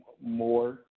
more